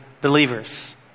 believers